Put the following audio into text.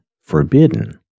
forbidden